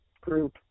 group